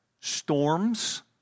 storms